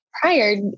prior